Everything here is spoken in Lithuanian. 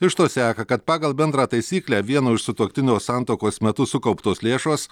iš to seka kad pagal bendrą taisyklę vieno iš sutuoktinių santuokos metu sukauptos lėšos